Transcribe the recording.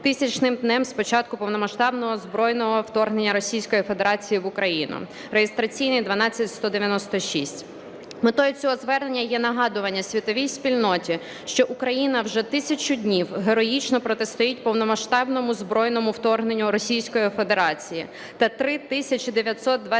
1000-м днем з початку повномасштабного збройного вторгнення російської федерації в Україну (реєстраційний 12196). Метою цього звернення є нагадування світовій спільноті, що Україна вже 1000 днів героїчно протистоїть повномасштабному збройному вторгненню Російської Федерації та 3926